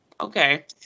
okay